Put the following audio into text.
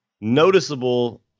noticeable